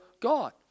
God